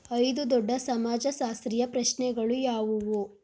ಐದು ದೊಡ್ಡ ಸಮಾಜಶಾಸ್ತ್ರೀಯ ಪ್ರಶ್ನೆಗಳು ಯಾವುವು?